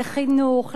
לחינוך,